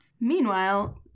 Meanwhile